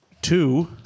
Two